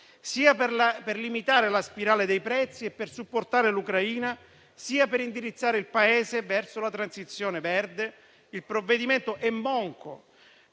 sia per limitare la spirale dei prezzi e per supportare l'Ucraina, sia per indirizzare il Paese verso la transizione verde, il provvedimento è monco